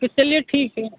फिर चलिए ठीक है